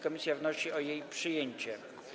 Komisja wnosi o jej przyjęcie.